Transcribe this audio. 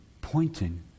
pointing